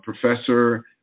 professor